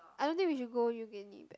I don't think we should go yoogane back